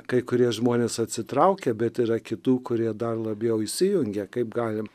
kai kurie žmonės atsitraukia bet yra kitų kurie dar labiau įsijungia kaip galim